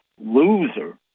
loser